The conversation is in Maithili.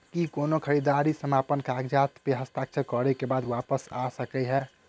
की कोनो खरीददारी समापन कागजात प हस्ताक्षर करे केँ बाद वापस आ सकै है?